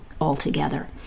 altogether